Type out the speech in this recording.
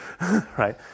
Right